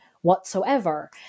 whatsoever